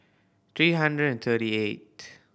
three hundred and thirty eighth